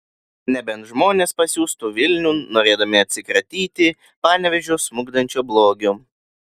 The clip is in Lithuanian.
nebent žmonės pasiųstų vilniun norėdami atsikratyti panevėžio smukdančio blogio